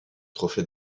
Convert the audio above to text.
trophée